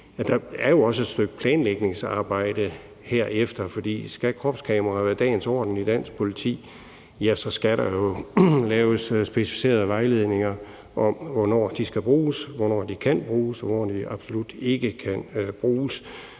der jo er også et stykke planlægningsarbejde herefter, for skal kropskameraer være dagens orden i dansk politi, ja, så skal der jo laves specificerede vejledninger om, hvornår de skal bruges, hvornår de kan bruges, og hvornår de absolut ikke kan bruges.